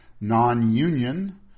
Non-union